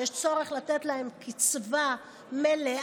יש צורך לתת להם קצבה מלאה,